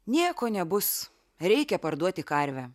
nieko nebus reikia parduoti karvę